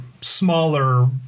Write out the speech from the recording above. smaller